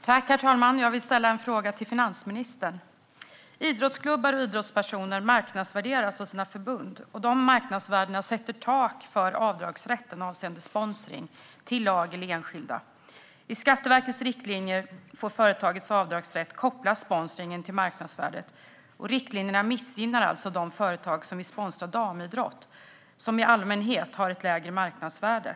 Herr talman! Jag vill ställa en fråga till finansministern. Idrottsklubbar och idrottspersoner marknadsvärderas av sina förbund, och marknadsvärdena sätter tak för avdragsrätten avseende sponsring till lag eller enskilda. I Skatteverkets riktlinjer får företagets avdragsrätt koppla sponsringen till marknadsvärdet. Riktlinjerna missgynnar alltså de företag som vill sponsra damidrott, som i allmänhet har ett lägre marknadsvärde.